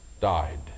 died